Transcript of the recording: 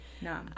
no